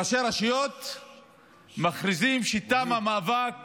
ראשי הרשויות מכריזים שתם המאבק